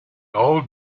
old